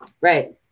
Right